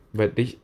but they